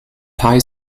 high